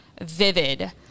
vivid